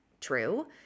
true